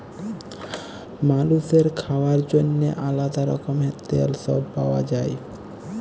মালুসের খাওয়ার জন্যেহে আলাদা রকমের তেল সব পাওয়া যায়